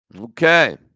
Okay